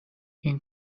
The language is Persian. این